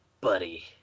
buddy